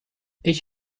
ich